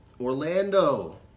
Orlando